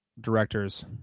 directors